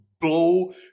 blow